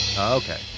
Okay